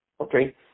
Okay